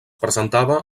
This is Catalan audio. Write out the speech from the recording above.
presentava